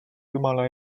jumala